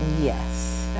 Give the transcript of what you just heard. Yes